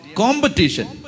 competition